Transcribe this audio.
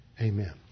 Amen